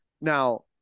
Now